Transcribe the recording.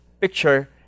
picture